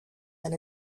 and